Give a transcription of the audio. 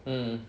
mm